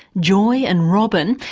joy and robyn,